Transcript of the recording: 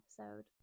episode